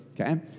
okay